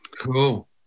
Cool